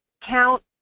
count